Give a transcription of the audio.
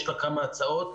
יש לה כמה הצעות,